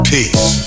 Peace